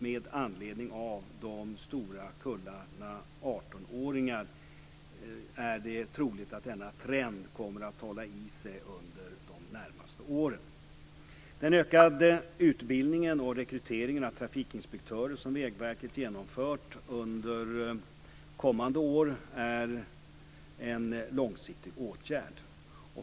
Med anledning av de stora kullarna 18-åringar är det troligt att denna trend kommer att hålla i sig under de närmaste åren. Den ökade utbildningen och rekryteringen av trafikinspektörer, som Vägverket genomför under kommande år, är en långsiktig åtgärd.